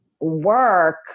work